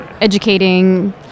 educating